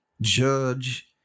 judge